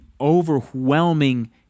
overwhelming